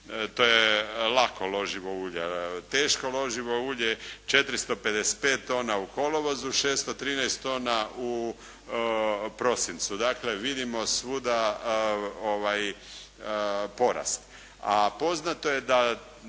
To je lako loživo ulje. Teško loživo ulje 455 tona u kolovozu, 613 tona u prosincu. Dakle, vidimo svuda porast.